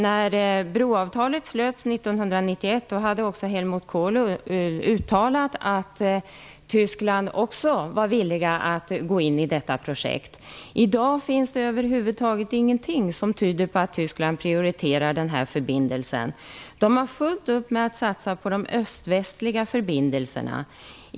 När broavtalet slöts 1991 uttalade Helmut Kohl att Tyskland också var villigt att gå in i detta projekt. I dag finns det över huvud taget ingenting som tyder på att Tyskland prioriterar denna förbindelse. De har fullt upp med att satsa på de öst-västliga förbindelserna.